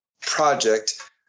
project